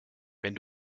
wenn